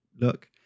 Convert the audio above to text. look